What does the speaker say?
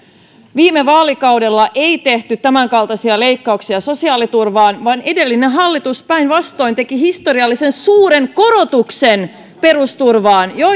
viime vaalikaudella ei tehty tämänkaltaisia leikkauksia sosiaaliturvaan vaan edellinen hallitus päinvastoin teki historiallisen suuren korotuksen perusturvaan